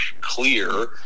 clear